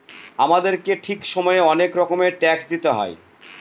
আমাদেরকে ঠিক সময়ে অনেক রকমের ট্যাক্স দিতে হয়